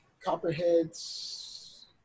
Copperheads